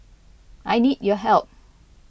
I need your help